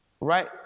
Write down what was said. right